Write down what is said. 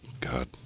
god